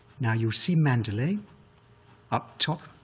now, you'll see mandalay up top,